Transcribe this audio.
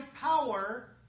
power